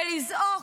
ולזעוק?